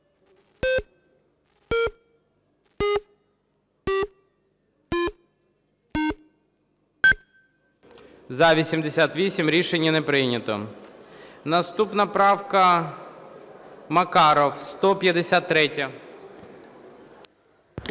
За-88 Рішення не прийнято. Наступна правка, Макаров, 153-я.